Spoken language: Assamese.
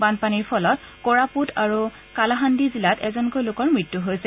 বানপানীৰ ফলত ক'ৰাপুট আৰু কালাহান্দি জিলাত এজনকৈ লোকৰ মৃত্য হৈছে